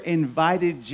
invited